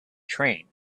train